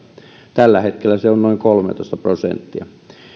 tällä hetkellä se on noin kolmetoista prosenttia